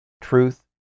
truth